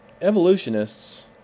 evolutionists